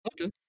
okay